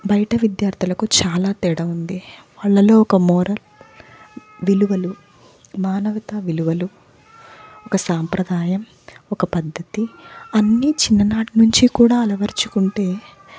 బయట విద్యార్థులకు చాలా తేడా ఉంది వాళ్ళల్లో ఒక మోరల్ విలువలు మానవత విలువలు ఒక సాంప్రదాయం ఒక పద్ధతి అన్నీ చిన్ననాటి నుండి కూడా అలవరచుకుంటే